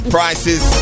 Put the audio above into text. prices